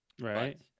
Right